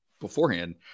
beforehand